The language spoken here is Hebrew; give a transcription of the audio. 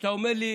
כשאתה אומר לי: